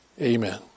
Amen